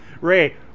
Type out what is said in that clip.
Ray